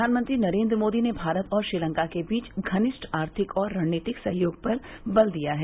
प्रधानमंत्री नरेंद्र मोदी ने भारत और श्रीलंका के बीच घनिष्ठ आर्थिक और रणनीतिक सहयोग पर बल दिया है